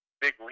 big